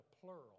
plural